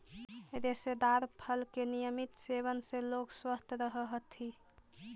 रेशेदार फल के नियमित सेवन से लोग स्वस्थ रहऽ हथी